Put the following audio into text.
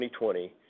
2020